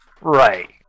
Right